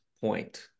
point